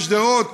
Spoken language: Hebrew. בשדרות,